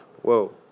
Whoa